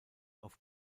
auf